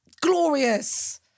glorious